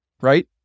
Right